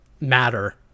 matter